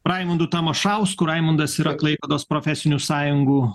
raimundu tamašausku raimundas yra klaipėdos profesinių sąjungų